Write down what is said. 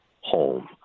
home